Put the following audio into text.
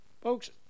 Folks